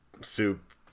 soup